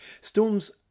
Storms